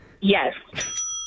Yes